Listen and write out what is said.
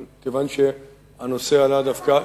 אבל כיוון שהנושא עלה דווקא,